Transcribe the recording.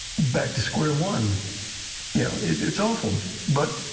back to square one you know it's awful but.